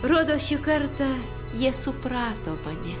rodos šį kartą jie suprato mane